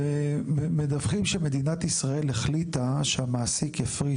ומדווחים שמדינת ישראל החליטה שהמעסיק יפריש